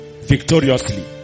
Victoriously